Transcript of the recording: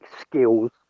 skills